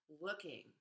looking